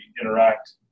interact